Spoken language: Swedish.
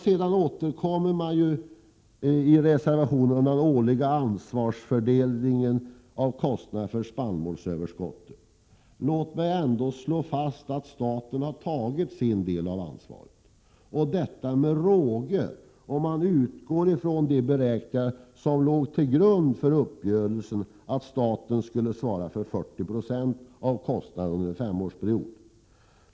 Sedan återkommer man i reservationerna till den årliga frågan om ansvarsfördelningen beträffande kostnaderna för spannmålsöverskottet. Låt mig slå fast att staten har tagit sin del av ansvaret, och detta med råge, om man utgår från de beräkningar som låg till grund för uppgörelsen att staten skulle svara för 40 26 av kostnaden under en femårsperiod.